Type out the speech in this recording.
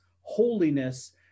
holiness